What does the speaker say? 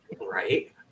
Right